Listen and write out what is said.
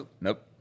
nope